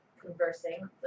Conversing